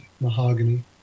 mahogany